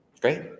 Great